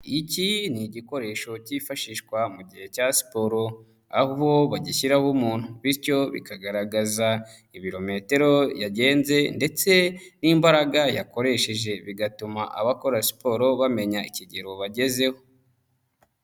Iki ni igikoresho cyifashishwa mu gihe cya siporo, aho bagishyiraho umuntu bityo bikagaragaza ibirometero yagenze ndetse n'imbaraga yakoresheje bigatuma abakora siporo bamenya ikigero bagezeho.